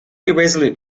irresolute